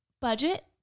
Budget